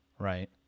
right